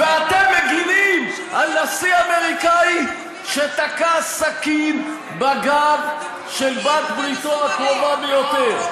ואתם מגינים על נשיא אמריקני שתקע סכין בגב של בת-בריתו הקרובה ביותר.